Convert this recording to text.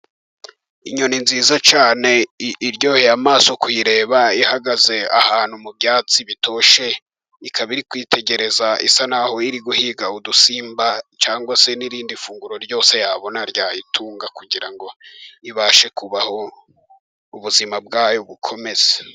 Inyoni nziza cyane iryoheye amaso kuyireba, ihagaze ahantu mu byatsi bitoshye. Ikaba iri kwitegereza isa n'aho iri guhiga udusimba cyangwa se n'irindi funguro ryose yabona ryayitunga, kugira ngo ibashe kubaho ubuzima bwayo bukomeze.